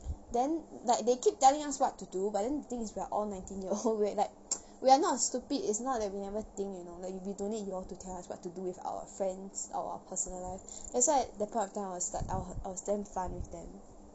then like they keep telling us what to do but then the thing is we're all nineteen year old we're like we're not stupid is not that we never think you know like we don't need you all to tell us what to do with our friends or our personal life that's why that point of time I was like I I was damn 烦 with them